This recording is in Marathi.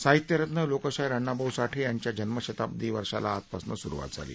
साहित्यरत्न लोकशाहीर अण्णाभाऊ साठे यांच्या जन्मशताब्दी वर्षाला आजपासून सुरूवात झाली